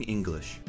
English 。